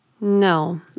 No